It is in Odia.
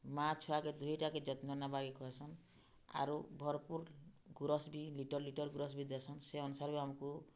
ମା' ଛୁଆକେ ଦୁଇଟାକେ ଯତ୍ନ ନେବାକେ କହେସନ୍ ଆରୁ ଭର୍ପୁର୍ ଗୁରସ୍ ବି ଲିଟର୍ ଲିଟର୍ ଗୁରସ୍ ବି ଦେସନ୍ ସେ ଅନୁସାରେ ବି ଆମ୍କୁ